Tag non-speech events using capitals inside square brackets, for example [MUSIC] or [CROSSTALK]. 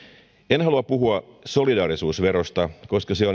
en halua puhua solidaarisuusverosta koska se [UNINTELLIGIBLE]